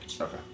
Okay